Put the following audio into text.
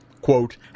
quote